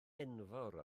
enfawr